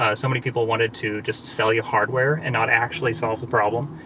ah so many people wanted to just sell you hardware and not actually solve the problem.